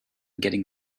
getting